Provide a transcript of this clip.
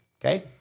okay